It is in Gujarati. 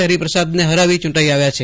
હરીપ્રસાદને હરાવી ચૂંટાઈ આવ્યા છે